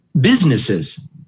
businesses